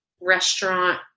restaurant